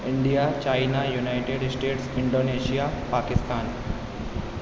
India China United States Indonesia Pakistan